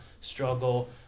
struggle